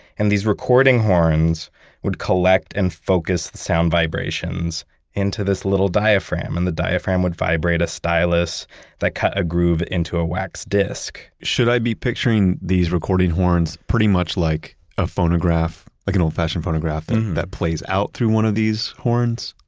and these recording horns would collect and focus the sound vibrations into this little diaphragm and the diaphragm would vibrate a stylus that cut a groove into a wax disk should i be picturing these recording horns pretty much like a phonograph, like an old fashion photograph and that plays out through one of these horns?